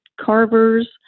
carvers